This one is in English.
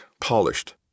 polished